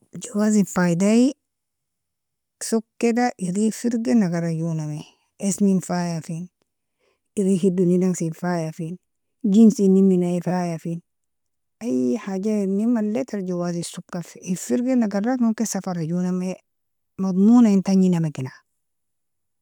Jawazin faidie, sokeda erin firgen ager joonami, ismin faifin, erin hedo unedangsi, faifin jensini minai, faifin ay haja inmalika tar jawazil sokafi infirgen agerkon ken safar joonami madmonaen tanjimakena.